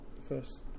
first